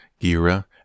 Gira